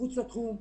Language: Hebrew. מחוץ לתחום.